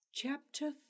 Chapter